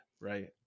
right